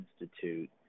Institute